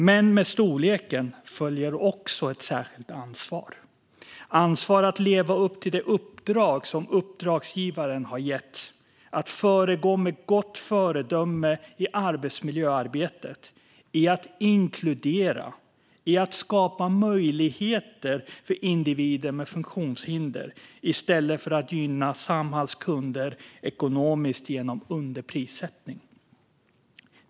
Men med storleken följer också ett särskilt ansvar - ett ansvar att leva upp till det uppdrag som uppdragsgivaren har gett. Det handlar om att föregå med gott exempel i arbetsmiljöarbetet, att inkludera och att skapa möjligheter för individer med funktionshinder i stället för att gynna Samhalls kunder ekonomiskt genom underprissättning.